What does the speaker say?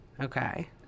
Okay